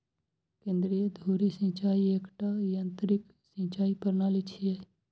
केंद्रीय धुरी सिंचाइ एकटा यंत्रीकृत सिंचाइ प्रणाली छियै